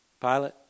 Pilate